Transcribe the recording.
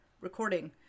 recording